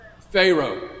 Pharaoh